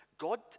God